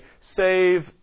save